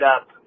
up